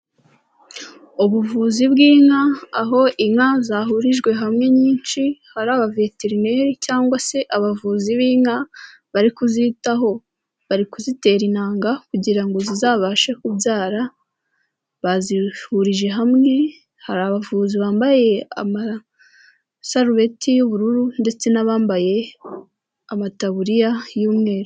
Ubuvuzi bw'inka aho inka zahurijwe hamwe nyinshi hari aba veterineri cyangwa se abavuzi b'inka bari kuzitaho, bari kuzitera intanga kugira ngo zizabashe kubyara, bazihurije hamwe hari abavuzi bambaye amasarubeti y'ubururu, ndetse n'abambaye amataburiya y'umweru.